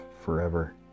forever